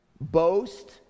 boast